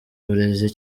uburezi